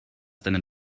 deinen